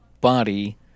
body